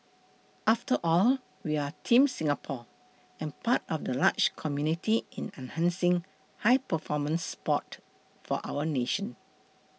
after all we are Team Singapore and part of the larger community in enhancing high performance sports for our nation